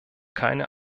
keine